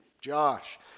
Josh